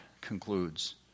concludes